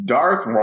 Darth